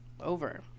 over